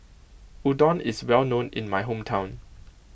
Udon is well known in my hometown